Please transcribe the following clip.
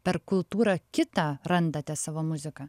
per kultūrą kitą randate savo muziką